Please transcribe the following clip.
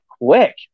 quick